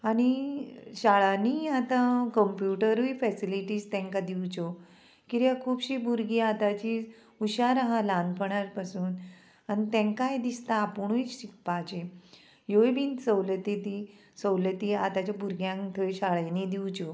आनी शाळांनी आतां कंप्युटरूय फेसिलिटीज तांकां दिवच्यो किद्याक खुबशीं भुरगीं आतांची हुशार आहा ल्हानपणा पसून आनी तांकांय दिसता आपुणूय शिकपाचें ह्योय बीन सवलती ती सवलती आतांच्या भुरग्यांक थंय शाळेंनी दिवच्यो